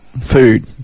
food